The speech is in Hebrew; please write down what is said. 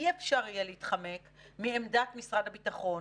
אי-אפשר יהיה להתחמק מעמדת משרד הביטחון.